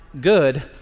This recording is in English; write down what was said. good